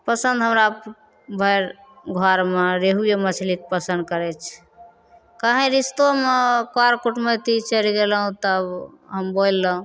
पसन्द हमरा भरि घरमे रेहुए मछली पसन्द करै छै कहीँ रिश्तोमे कर कुटमैती चलि गेलहुँ तब हम बोललहुँ